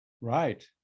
Right